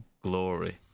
glory